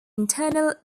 internal